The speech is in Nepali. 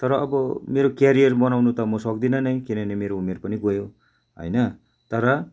तर अबबो मेरो करियर बनाउनु त म सक्दिनँ नै किनभने मेरो उमेर पनि गयो होइन तर